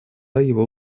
его